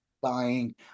buying